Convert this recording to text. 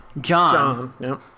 John